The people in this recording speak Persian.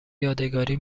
یادگاری